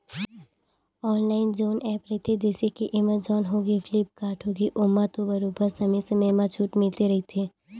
online जउन app रहिथे जइसे के एमेजॉन होगे, फ्लिपकार्ट होगे ओमा तो बरोबर समे समे म छूट मिलते रहिथे